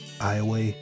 Iowa